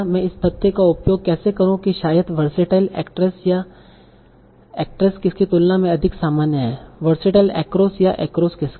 मैं इस तथ्य का उपयोग कैसे करूं कि शायद वरसेटाइल एक्ट्रेस या एक्ट्रेस जिसकी तुलना में अधिक सामान्य है वरसेटाइल एक्रोस या एक्रोस किसका